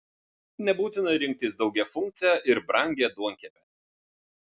nebūtina rinktis daugiafunkcę ir brangią duonkepę